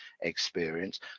experience